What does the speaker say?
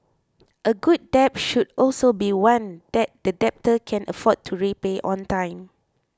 a good debt should also be one that the debtor can afford to repay on time